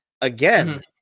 again